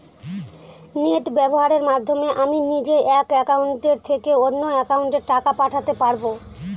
Net ব্যবহারের মাধ্যমে আমি নিজে এক অ্যাকাউন্টের থেকে অন্য অ্যাকাউন্টে টাকা পাঠাতে পারব?